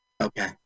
Okay